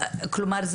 כלומר,